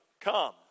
Come